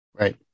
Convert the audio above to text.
Right